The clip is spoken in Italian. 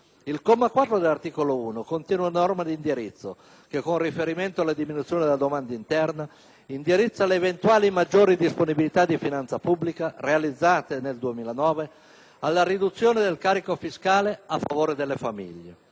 Il comma 4 dell'articolo 1 contiene una norma di indirizzo, che con riferimento alla diminuzione della domanda interna destina le eventuali maggiori disponibilità di finanza pubblica realizzate nel 2009 alla riduzione del carico fiscale a favore delle famiglie.